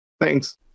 Thanks